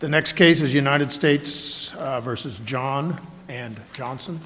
the next case is united states versus john and johnson